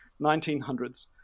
1900s